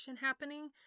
Happening